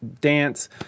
dance